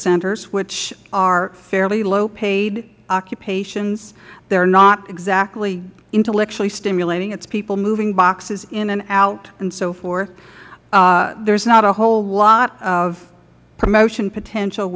centers which are fairly low paid occupations they are not exactly intellectually stimulating it is people moving boxes in and out and so forth there is not a whole lot of promotion potential